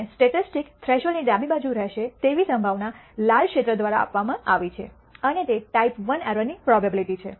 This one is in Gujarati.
અને સ્ટેટિસ્ટિક્સ થ્રેશોલ્ડની ડાબી બાજુ રહેશે તેવી સંભાવના લાલ ક્ષેત્ર દ્વારા આપવામાં આવી છે અને તે ટાઈપ I એરર ની પ્રોબેબીલીટી છે